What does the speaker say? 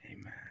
Amen